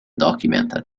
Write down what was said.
documented